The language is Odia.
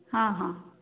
ହଁ ହଁ